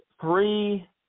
three